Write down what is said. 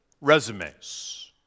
resumes